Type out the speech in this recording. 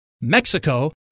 Mexico